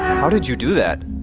how did you do that?